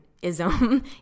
ism